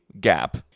gap